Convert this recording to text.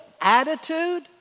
attitude